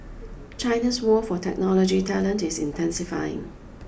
China's war for technology talent is intensifying